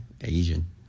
Asian